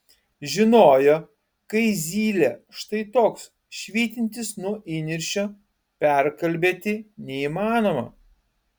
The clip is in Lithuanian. žinojo kai zylė štai toks švytintis nuo įniršio perkalbėti neįmanoma